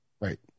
Right